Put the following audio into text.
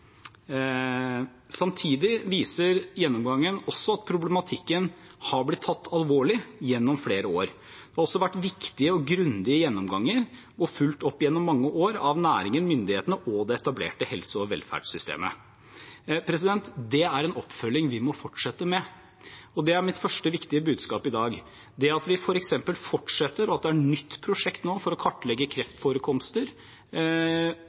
Samtidig viser gjennomgangen også at problematikken er blitt tatt alvorlig gjennom flere år. Det har vært viktige og grundige gjennomganger, og det er fulgt opp gjennom mange år av næringen, myndighetene og det etablerte helse- og velferdssystemet. Det er en oppfølging vi må fortsette med, og det er mitt første, viktige budskap i dag. Det at vi fortsetter, og at det nå er et nytt prosjekt for å kartlegge